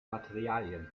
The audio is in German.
materialien